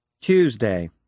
Tuesday